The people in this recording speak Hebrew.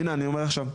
או הנה אני אומר עכשיו,